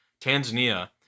tanzania